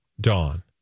Dawn